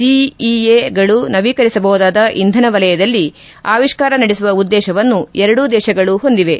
ಸಿಇಎಗಳು ನವೀಕರಿಸಬಹುದಾದ ಇಂಧನ ವಲಯದಲ್ಲಿ ಅವಿಷ್ಠಾರ ನಡೆಸುವ ಉದ್ಯೇಶವನ್ನು ಎರಡೂ ದೇಶಗಳು ಹೊಂದಿವೆ